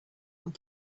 have